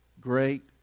great